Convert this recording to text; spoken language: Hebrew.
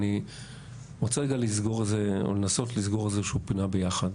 אני רוצה רגע לנסות לסגור איזושהי פינה ביחד.